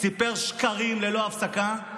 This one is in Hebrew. סיפר שקרים ללא הפסקה.